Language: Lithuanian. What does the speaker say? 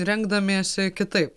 rengdamiesi kitaip